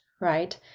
Right